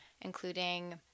including